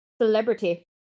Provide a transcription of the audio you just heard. Celebrity